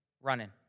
Running